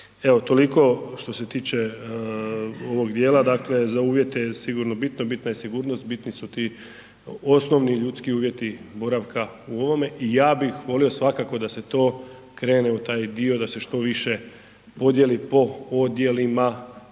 Evo, toliko što se tiče ovog djela, dakle za uvjete je sigurno bitno, bitna je sigurnost, bitni su ti osnovni ljudi uvjeti boravka u ovome i ja bih volio svakako da se to krene u taj dio da se što više podijeli po odjelima